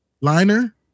liner